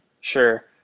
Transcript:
Sure